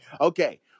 Okay